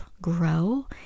grow